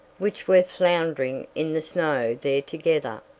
which were floundering in the snow there together.